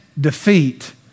defeat